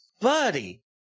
Buddy